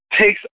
takes